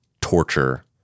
torture